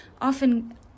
often